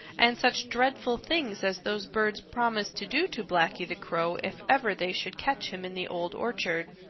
and such dreadful things as those birds promised to do to blacky the crow if ever they should catch him in the old orchard.